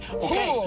okay